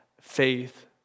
faith